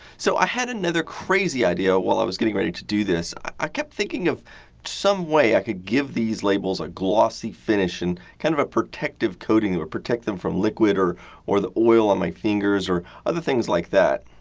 so, i had another crazy idea while i was getting ready to do this. i kept thinking of some way i could give these labels a glossy finish, and kind of a protective coating that would protect them from liquid or or the oil on my fingers or other things like that.